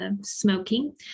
smoking